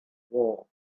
war